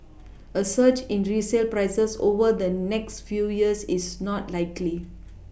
a surge in resale prices over the next few years is not likely